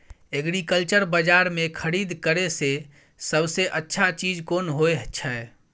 Agriculture बाजार में खरीद करे से सबसे अच्छा चीज कोन होय छै?